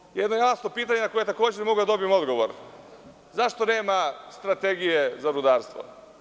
Postoji jedno jasno pitanje na koje takođe ne mogu da dobijem odgovor - zašto nema strategije za rudarstvo?